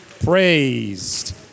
praised